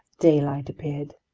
daylight appeared.